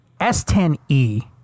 S10e